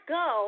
go